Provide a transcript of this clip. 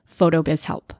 PHOTOBIZHELP